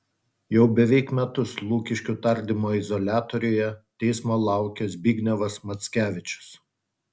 jau beveik metus lukiškių tardymo izoliatoriuje teismo laukia zbignevas mackevičius